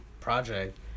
project